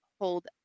hold